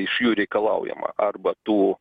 iš jų reikalaujama arba tu